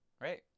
right